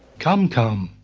come, come,